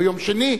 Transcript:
ביום שני,